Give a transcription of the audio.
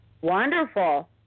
Wonderful